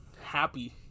happy